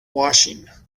washing